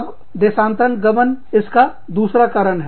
तब देशांतरगमन इसका दूसरा कारण है